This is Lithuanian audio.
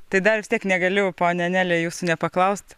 tai dar vis tiek negaliu ponia anele jūsų nepaklaust